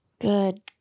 Good